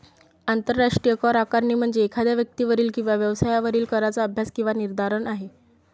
आंतरराष्ट्रीय करआकारणी म्हणजे एखाद्या व्यक्तीवरील किंवा व्यवसायावरील कराचा अभ्यास किंवा निर्धारण आहे